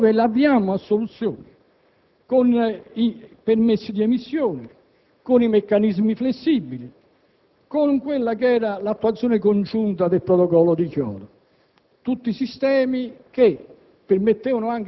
Noi con il Governo Berlusconi tentammo di risolverlo e l'avviammo a soluzione con i permessi di emissione, con i meccanismi flessibili, con quella che era l'attuazione congiunta del Protocollo di Kyoto;